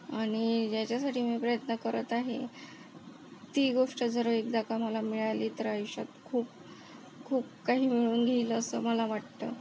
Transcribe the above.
आणि ज्याच्यासाठी मी प्रयत्न करत आहे ती गोष्ट जर एकदा का मला मिळाली तर आयुष्यात खूप खूप काही होऊन घेईल असं मला वाटतं